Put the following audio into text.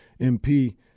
MP